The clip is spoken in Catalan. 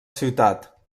ciutat